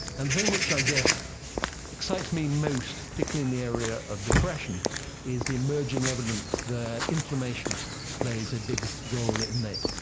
and the thing which i guess excites me most, particularly in the area of depression is the emerging evidence that inflammation plays a big role in it.